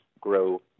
grow